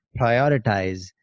prioritize